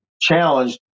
challenged